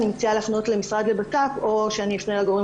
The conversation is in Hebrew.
אני מציעה לפנות למשרד הבט"פ או שאפנה לגורמים